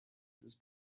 this